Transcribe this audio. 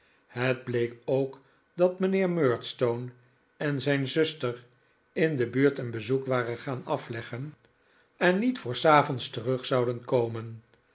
het bleek ook dat mijnheer murdstone en zijn zuster in de buurt een bezoek waren gaan afleggen en niet voor s avonds terug zouden komen